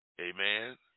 Amen